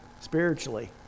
spiritually